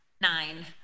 Nine